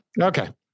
Okay